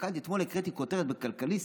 הסתכלתי אתמול, הקראתי כותרת בכלכליסט